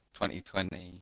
2020